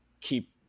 keep